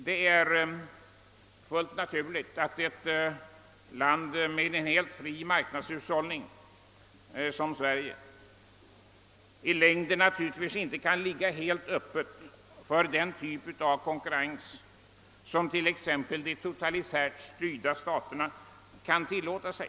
Det är fullt naturligt att ett land med en helt fri marknadshushållning som Sverige i längden inte kan ligga helt öppet för den typ av konkurrens, som t.ex. de totalitärt styrda staterna kan tillåta sig.